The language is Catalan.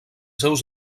seus